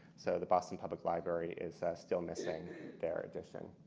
so the boston public library is still missing their edition.